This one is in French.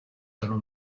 allons